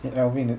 eh alvin ah